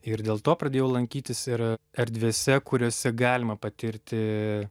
ir dėl to pradėjau lankytis ir erdvėse kuriose galima patirti